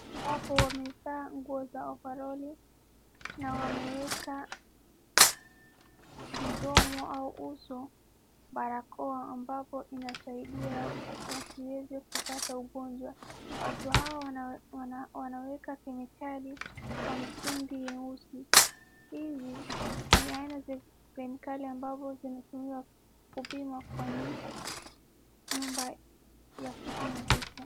Hapo wamevaa nguo za ovaroli na wameweka mdomo au uso barakoa ambapo inasaidia wasiweze kupata ugonjwa. Watu hawa wana wanaweka kemikali kwa mtungi mweusi. Hizi ni aina za kemikali ambavyo zinatumiwa kupima kwenye nyumba ya kupima vitu.